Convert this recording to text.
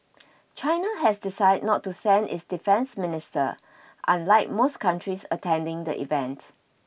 China has decided not to send its defence minister unlike most countries attending the event